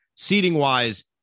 Seating-wise